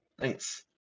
Thanks